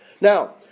Now